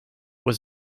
was